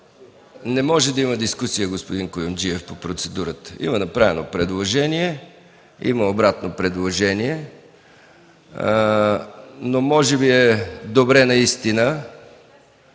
Не може да има дискусия, господин Куюмджиев, по процедурата. Има направено предложение, има обратно предложение. Може би е добре засега